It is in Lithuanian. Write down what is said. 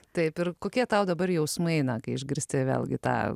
taip ir kokie tau dabar jausmai na kai išgirsti vėlgi tą